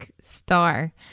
star